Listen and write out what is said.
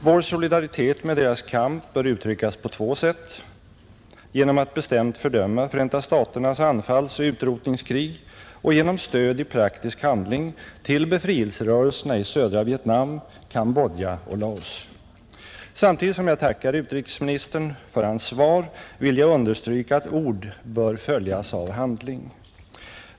Vår solidaritet med deras kamp bör uttryckas på två sätt: genom att bestämt fördöma Förenta staternas anfallsoch utrotningskrig och genom stöd i praktisk handling till befrielserörelserna i södra Vietnam, Kambodja och Laos. Samtidigt som jag tackar utrikesministern för hans svar vill jag understryka, att ord bör följas av handling.